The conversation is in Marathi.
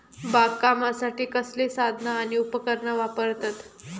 बागकामासाठी कसली साधना आणि उपकरणा वापरतत?